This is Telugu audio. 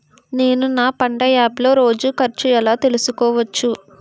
నేను నా పంట యాప్ లో రోజు ఖర్చు ఎలా తెల్సుకోవచ్చు?